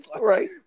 Right